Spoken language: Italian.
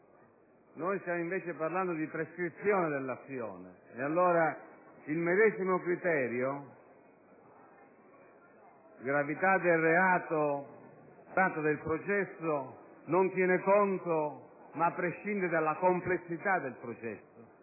noi stiamo invece parlando di prescrizione dell'azione. E allora il medesimo criterio, gravità del reato ‑durata del processo, non tiene conto della, ma prescinde dalla complessità del processo.